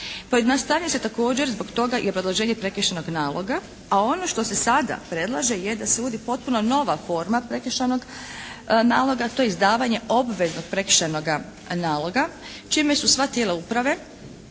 Pojednostavljuje se također zbog toga i obrazloženje prekršajnog naloga, a ono što se sada predlaže je da se uvodi potpuno nova forma prekršajnog naloga, to je izdavanje obveznog prekršajnoga naloga čime su sva tijela uprave